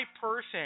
person